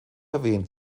erwähnt